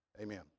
Amen